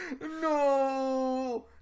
No